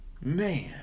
Man